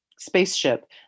spaceship